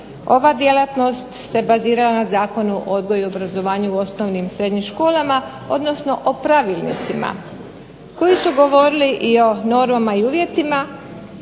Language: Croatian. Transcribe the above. ova djelatnost se bazira na Zakonu o odgoju i obrazovanju u osnovnim i srednjim školama, odnosno o pravilnicima koji su govorili i o normama i o uvjetima.